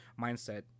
mindset